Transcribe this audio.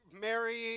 Mary